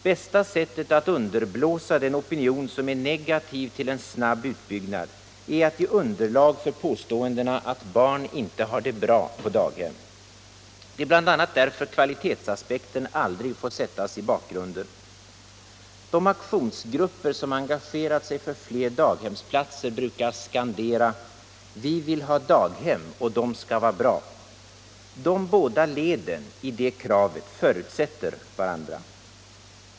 Bästa sättet att underblåsa den opinion som är negativ till en snabb utbyggnad är att ge underlag för påståendena att barn inte har det bra på daghem. Det är bl.a. därför som kvalitetsaspekten aldrig får sättas i bakgrunden. De aktionsgrupper som engagerat sig för fler daghemsplatser brukar skandera: ”Vi vill ha daghem och dom ska va” bra.” De båda leden i det kravet förutsätter varandra.